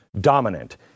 dominant